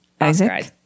Isaac